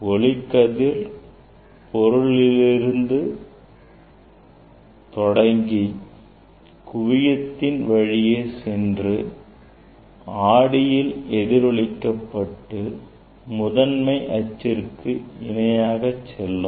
ஒளிக்கதிர் பொருளிலிருந்து தொடங்கி குவியத்தின் வழியே சென்று ஆடியில் எதிரொலிக்கப்பட்டு முதன்மை ஆச்சுக்கு இணையாக செல்லும்